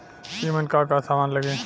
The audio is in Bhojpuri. ईमन का का समान लगी?